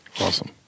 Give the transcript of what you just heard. Awesome